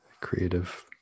creative